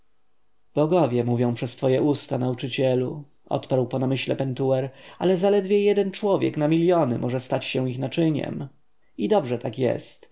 bogowie mówią przez twoje usta nauczycielu odparł po namyśle pentuer ale zaledwo jeden człowiek na miljony może stać się ich naczyniem i dobrze tak jest